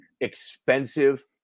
expensive